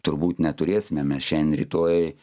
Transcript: turbūt neturėsime mes šian rytoj